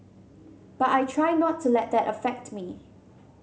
but I try not to let that affect me